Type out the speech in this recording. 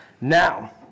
now